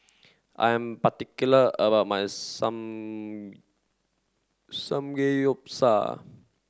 I am particular about my Sam Samgeyopsal